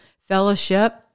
fellowship